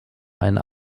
einer